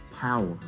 power